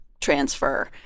transfer